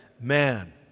Man